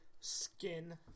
skin